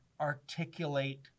articulate